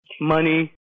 money